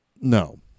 no